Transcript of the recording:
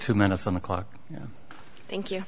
two minutes on the clock thank you